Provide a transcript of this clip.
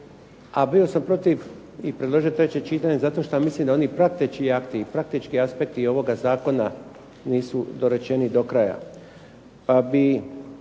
A bio sam protiv i predložio treće čitanje zato šta mislim da oni prateći akti i praktički aspekti ovoga zakona nisu dorečeni do kraja.